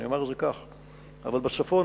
אבל בצפון,